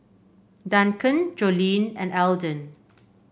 Duncan Jolene and Elden